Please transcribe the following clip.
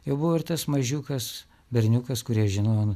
jau buvo ir tas mažiukas berniukas kurį aš žinojau